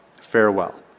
Farewell